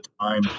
time